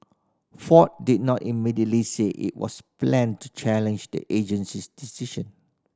ford did not immediately say if was planned to challenge the agency's decision